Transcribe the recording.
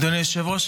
אדוני היושב-ראש,